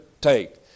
take